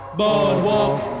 boardwalk